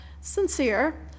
sincere